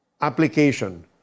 application